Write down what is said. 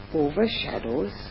overshadows